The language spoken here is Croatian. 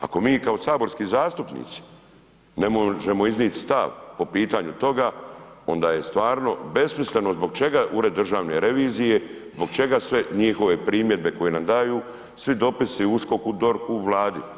Ako mi kao saborski zastupnici ne možemo iznijeti stav po pitanju toga, onda je stvarno besmisleno zbog čega Ured državne revizije, zbog čega sve njihove primjedbe koje nam daju, svi dopisi USKOK-u, DORH-u, Vladi.